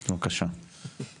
(מקרינה שקף, שכותרתו: מינהלת עמ"י 2022.)